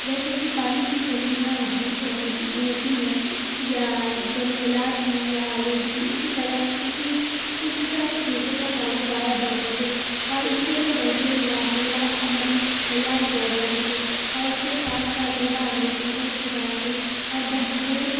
جیسے کہ پانی کی کمیاں ہوتی ہیں یا جنگلات ہوں یا آلودگی اسی طرح اسی اسی طرح کی چیزوں پر قابو پایا جا سکے اور اس کے لیے بہترین لائحہ عمل تیار کیا جا سکے اور اس کے ساتھ ساتھ ضلع امرتسر کی ترقی اور بہبود